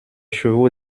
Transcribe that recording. chevaux